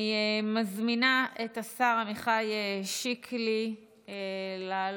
אני מזמינה את השר עמיחי שיקלי לעלות